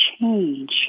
change